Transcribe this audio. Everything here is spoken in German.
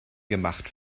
gemacht